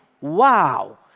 wow